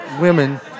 women